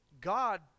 God